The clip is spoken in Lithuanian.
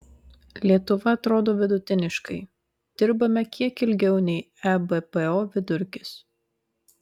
lietuva atrodo vidutiniškai dirbame kiek ilgiau nei ebpo vidurkis